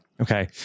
Okay